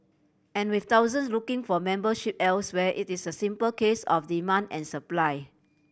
and with thousands looking for membership elsewhere it is a simple case of demand and supply